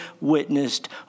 witnessed